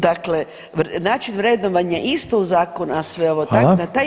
Dakle način vrednovanja, isto u zakon, a sve ovo, ta, na taj